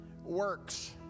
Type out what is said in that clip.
works